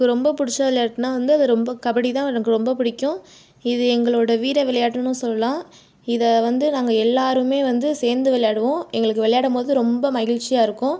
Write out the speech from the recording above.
எனக்கு ரொம்ப பிடிச்ச விளையாட்டுனா வந்து ரொம்ப கபடி தான் எனக்கு ரொம்ப பிடிக்கும் இது எங்களோடய வீர விளையாட்டுனும் சொல்லலாம் இதை வந்து நாங்கள் எல்லோருமே வந்து சேர்ந்து விளையாடுவோம் எங்களுக்கு விளையாடும் போது ரொம்ப மகிழ்ச்சியாக இருக்கும்